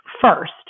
first